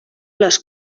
les